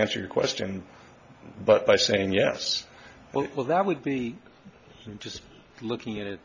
answer your question but by saying yes well well that would be just looking at it